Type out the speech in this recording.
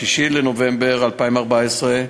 6 בנובמבר 2014,